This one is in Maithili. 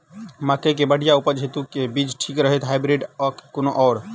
मकई केँ बढ़िया उपज हेतु केँ बीज ठीक रहतै, हाइब्रिड आ की कोनो आओर?